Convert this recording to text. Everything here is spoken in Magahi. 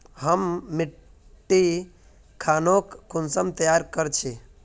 हम मिट्टी खानोक कुंसम तैयार कर छी?